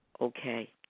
Okay